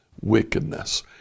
wickedness